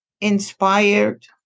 inspired